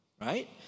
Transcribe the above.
Right